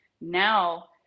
Now